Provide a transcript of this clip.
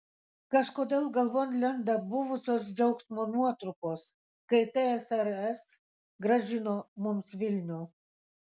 kažkodėl galvon lenda buvusios džiaugsmo nuotrupos kai tsrs grąžino mums vilnių